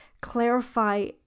clarify